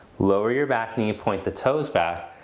lower your back knee, point the toes back.